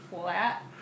flat